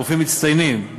רופאים מצטיינים,